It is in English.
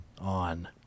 on